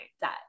debt